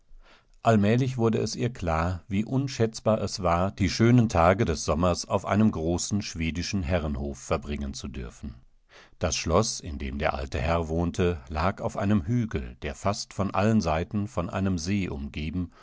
allmählich wurde es ihr klar wie unschätzbar es war die schönen tage des sommers auf einem großen schwedischen herrenhof verbringen zu dürfen das schloß in dem der alte herr wohnte lag auf einem hügel der fast von allen seiten von einem see umgeben